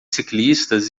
ciclistas